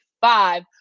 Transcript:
Five